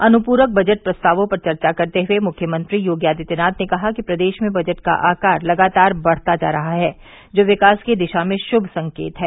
अनुपूरक बजट प्रस्तावों पर चर्चा करते हुए मुख्यमंत्री योगी आदित्यनाथ ने कहा कि प्रदेश में बजट का आकार लगातार बढ़ता जा रहा है जो विकास की दिशा में शुभ संकेत है